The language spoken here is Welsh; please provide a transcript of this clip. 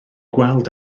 gweld